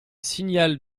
signal